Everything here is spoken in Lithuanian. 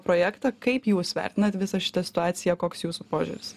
projektą kaip jūs vertinat visą šitą situaciją koks jūsų požiūris